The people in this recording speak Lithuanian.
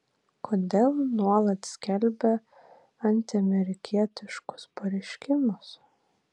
kodėl nuolat skelbia antiamerikietiškus pareiškimus